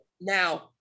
now